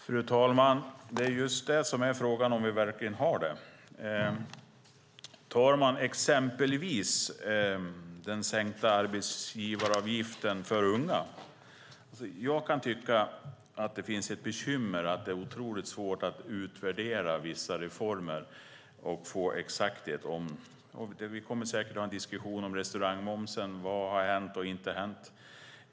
Fru talman! Det är just det som är frågan om vi verkligen har. Man kan exempelvis ta den sänkta arbetsgivaravgiften för unga. Jag kan tycka att det finns ett bekymmer att det är otroligt svårt att utvärdera vissa reformer och få veta exakt. Vi kommer säkert att ha en diskussion om restaurangmomsen och vad som har hänt och inte hänt.